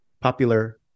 popular